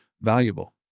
valuable